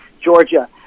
Georgia